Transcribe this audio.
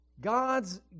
God's